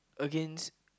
against